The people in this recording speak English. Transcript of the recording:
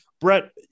Brett